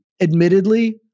admittedly